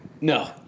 No